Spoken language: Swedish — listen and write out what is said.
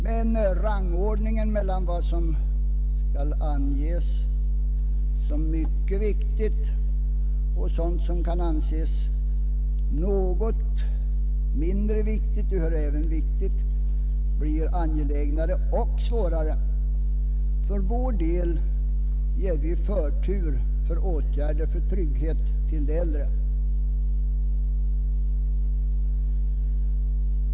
Men rangordningen mellan vad som skall anses mycket viktigt och vad som skall anses något mindre viktigt blir angelägnare och svårare. För vår del ger vi förtur åt åtgärder för trygghet åt de äldre.